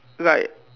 like